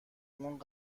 اون